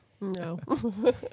No